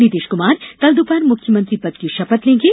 नीतीश कुमार कल दोपहर मुख्यमंत्री पद की शपथ लेंगे